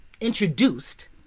introduced